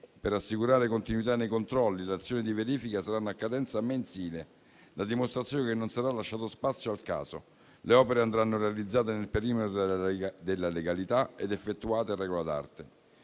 Per assicurare continuità nei controlli, le azioni di verifica saranno a cadenza mensile: è la dimostrazione che non sarà lasciato spazio al caso. Le opere andranno realizzate nel perimetro della legalità ed effettuate a regola d'arte.